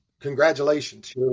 Congratulations